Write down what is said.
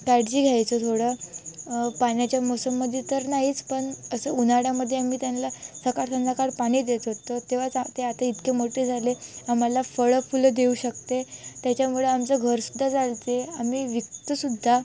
काळजी घ्यायचं थोडं पाण्याच्या मोसममध्ये तर नाहीच पण असं उन्हाळ्यामध्ये आम्ही त्यांना सकाळ संध्याकाळ पाणी देत होतो तेव्हाच आ ते आता इतके मोठे झाले आम्हाला फळं फुलं देऊ शकते त्याच्यामुळे आमचं घरसुद्धा चालते आम्ही विकतोसुद्धा